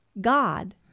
God